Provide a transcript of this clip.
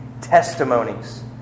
testimonies